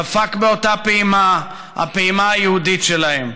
דפק באותה פעימה, הפעימה היהודית שלהם.